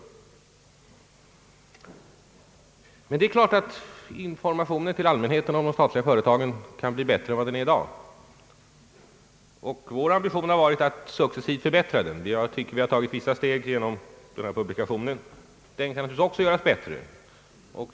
Det är dock klart att informationen till allmänheten om de statliga företagen kan bli bättre än den är i dag. Vår ambition har varit att successivt förbättra informationen. Vi har tagit vissa steg genom den här publikationen, men den kan naturligtvis också göras bättre.